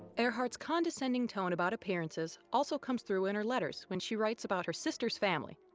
earhart's condescending tone about appearances also comes through in her letters when she writes about her sisters family.